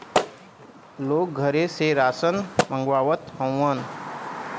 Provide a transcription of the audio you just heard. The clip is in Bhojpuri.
लोग घरे से रासन मंगवावत हउवन